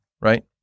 right